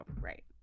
Right